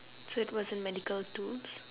so it wasn't medical tools